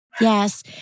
Yes